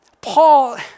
Paul